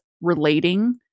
relating